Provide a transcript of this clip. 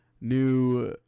new